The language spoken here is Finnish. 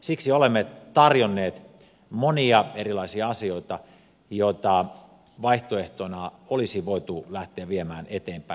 siksi olemme tarjonneet monia erilaisia asioita joita vaihtoehtoina olisi voitu lähteä viemään eteenpäin